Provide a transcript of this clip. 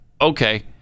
okay